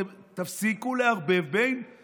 תפסיקו לערבב בין